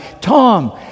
Tom